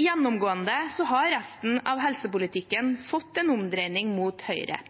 Gjennomgående har resten av helsepolitikken fått en dreining mot høyre.